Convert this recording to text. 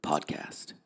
Podcast